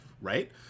right